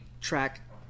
track